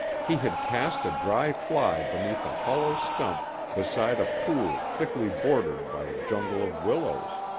he had cast a dry fly beneath a hollow stump beside a pool thickly bordered by a jungle of willows.